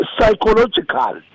Psychological